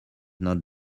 not